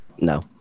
No